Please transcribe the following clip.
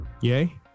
Yay